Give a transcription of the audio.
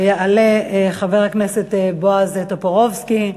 יעלה חבר הכנסת בועז טופורובסקי,